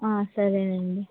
ఆ సరే అండి